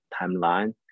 timeline